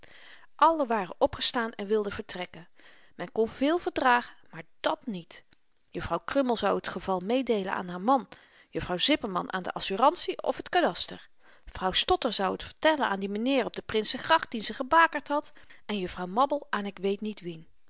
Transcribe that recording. allen waren opgestaan en wilden vertrekken men kon veel verdragen maar dàt niet juffrouw krummel zou t geval meedeelen aan haar man juffrouw zipperman aan de assurantie of t kadaster vrouw stotter zou t vertellen aan dien m'nheer op de prinsengracht dien ze gebakerd had en juffrouw mabbel aan ik weet niet wien